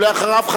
אחריו,